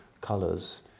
colors